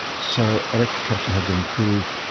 so electric traction had been proved.